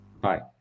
Bye